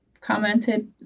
commented